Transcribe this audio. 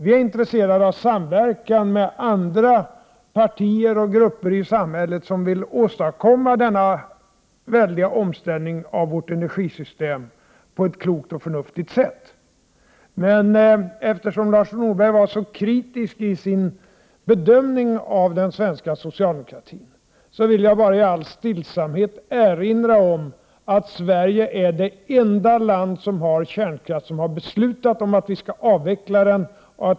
Vi är intresserade av samverkan med andra partier och grupper i samhället som vill åstadkomma denna väldiga omställning av vårt energisystem på ett klokt och förnuftigt sätt. Eftersom Lars Norberg var så kritisk i sin bedömning av den svenska socialdemokratin, vill jag bara i all stillsamhet erinra om att Sverige är det enda land med kärnkraft som har beslutat att avveckla den.